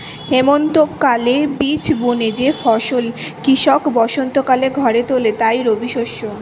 হেমন্তকালে বীজ বুনে যে ফসল কৃষক বসন্তকালে ঘরে তোলে তাই রবিশস্য